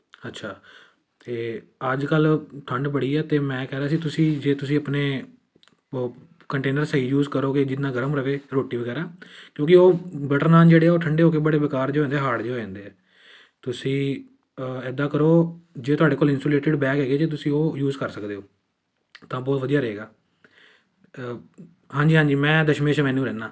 ਅੱਛਾ ਅਤੇ ਅੱਜ ਕੱਲ੍ਹ ਠੰਡ ਬੜੀ ਹੈ ਅਤੇ ਮੈਂ ਕਹਿ ਰਿਹਾ ਸੀ ਤੁਸੀਂ ਜੇ ਤੁਸੀਂ ਆਪਣੇ ਉਹ ਕੰਟੇਨਰ ਸਹੀ ਯੂਜ ਕਰੋਂਗੇ ਜਿਹਦੇ ਨਾਲ ਗਰਮ ਰਹੇ ਰੋਟੀ ਵਗੈਰਾ ਕਿਉਂਕਿ ਉਹ ਬਟਰ ਨਾਨ ਜਿਹੜੇ ਹੈ ਉਹ ਠੰਡੇ ਹੋ ਕੇ ਬੜੇ ਬੇਕਾਰ ਜਿਹੇ ਹੋ ਜਾਂਦੇ ਹਾਡ ਜਿਹੇ ਹੋ ਜਾਂਦੇ ਤੁਸੀਂ ਇੱਦਾਂ ਕਰੋ ਜੇ ਤੁਹਾਡੇ ਕੋਲ ਇੰਸੂਲੇਟਡ ਬੈਗ ਹੈਗੇ ਜੇ ਤੁਸੀਂ ਉਹ ਯੂਜ਼ ਕਰ ਸਕਦੇ ਹੋ ਤਾਂ ਬਹੁਤ ਵਧੀਆ ਰਹੇਗਾ ਅ ਹਾਂਜੀ ਹਾਂਜੀ ਮੈਂ ਦਸ਼ਮੇਸ਼ ਐਵੇਨਿਊ ਰਹਿੰਦਾ